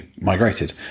migrated